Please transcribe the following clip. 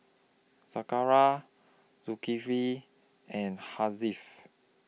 Zakaria Zulkifli and Hasif